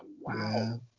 wow